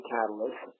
Catalyst